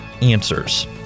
answers